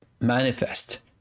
manifest